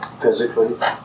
Physically